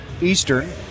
Eastern